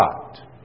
God